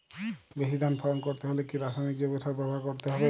বেশি ধান ফলন করতে হলে কি রাসায়নিক জৈব সার ব্যবহার করতে হবে?